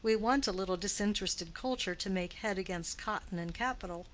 we want a little disinterested culture to make head against cotton and capital,